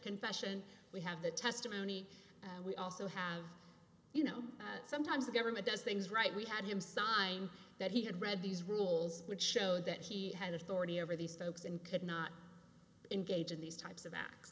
confession we have the testimony we also have you know sometimes the government does things right we had him sign that he had read these rules which showed that he had authority over these folks and could not engage in these types of acts